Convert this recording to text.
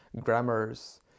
grammars